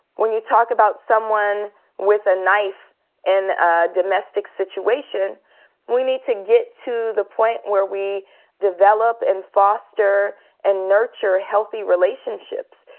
when you talk about someone with a knife in a domestic situation we need to get to the point where we develop and foster and nurture healthy relationships.